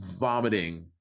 vomiting